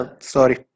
Sorry